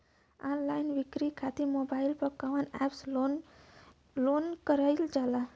Online बिक्री खातिर mobile पर कवना एप्स लोन कईल जाला?